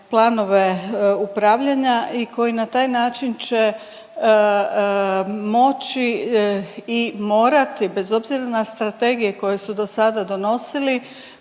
planove upravljanja i koji na taj način će moći i morati, bez obzira na strategije su do sada donosili,